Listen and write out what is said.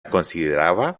consideraba